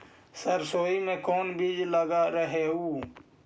सरसोई मे कोन बीज लग रहेउ?